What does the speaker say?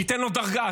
שייתן לו דרגה,